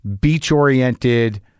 beach-oriented